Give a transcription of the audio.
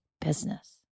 business